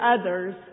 others